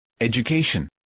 education